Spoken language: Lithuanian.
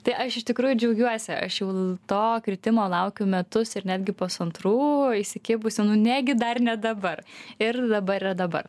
tai aš iš tikrųjų džiaugiuosi aš jau to kritimo laukiau metus ir netgi pusantrų įsikibusi nu negi dar ne dabar ir dabar yra dabar